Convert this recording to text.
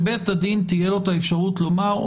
שלבית הדין תהיה האפשרות לומר,